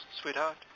sweetheart